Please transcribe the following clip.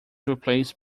replaced